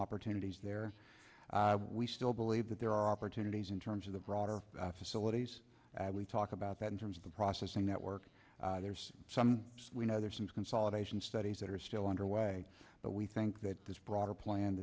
opportunities there we still believe that there are opportunities in terms of the broader facilities and we talk about that in terms of the processing network there's some we know there's some consolidation studies that are still underway but we think that this broader plan